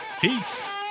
peace